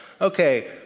Okay